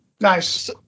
Nice